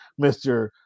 Mr